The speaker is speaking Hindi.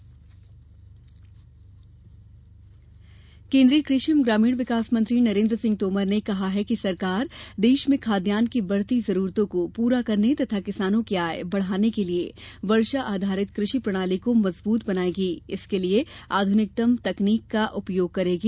तोमर केन्द्रीय कृषि एवं ग्रामीण विकास मंत्री नरेन्द्र सिंह तोमर ने कहा है कि सरकार देश में खाद्यान्न की बढती जरुरतों को पूरा करने तथा किसानों की आय बढाने के लिए वर्षा आधारित कृषि प्रणाली को मजबूत बनायेगी और इसके लिए आध्रनिकतम तकनीक का उपयोग करेगी